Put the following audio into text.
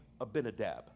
Abinadab